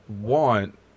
want